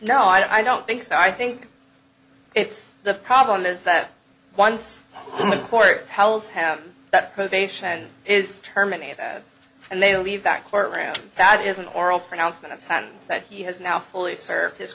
no i don't think so i think it's the problem is that once the court howls have that probation is terminated and they leave that court room that is an oral pronouncement of sand that he has now fully served his